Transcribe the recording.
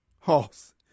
hoss